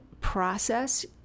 process